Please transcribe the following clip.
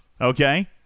okay